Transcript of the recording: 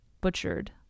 Butchered